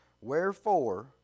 Wherefore